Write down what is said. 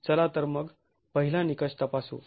चला तर मग पहिला निकष तपासू